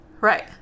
Right